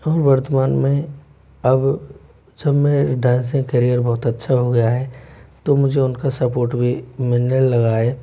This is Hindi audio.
और वर्तमान में अब जब मेरे डांसिंग करियर बहुत अच्छा हो गया है तो मुझे उनका सपोर्ट भी मिलने लगा है